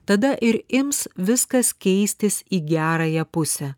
tada ir ims viskas keistis į gerąją pusę